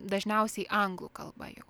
dažniausiai anglų kalba jau